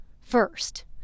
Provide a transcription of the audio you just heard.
first